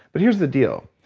but here's the deal.